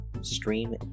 stream